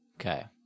Okay